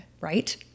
right